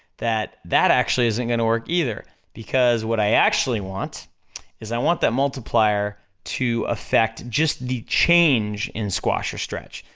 that, that actually isn't gonna work either, because what i actually want is i want that multiplier to effect just the change in squash or stretch.